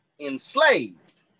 enslaved